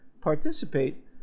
participate